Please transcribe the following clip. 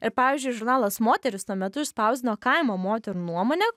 ir pavyzdžiui žurnalas moteris tuo metu išspausdino kaimo moterų nuomonę